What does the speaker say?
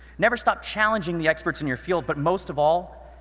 never stop challenging the experts in your field, but most of all,